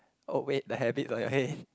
oh wait the habit's on your head